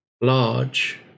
Large